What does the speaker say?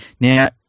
Now